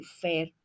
Fair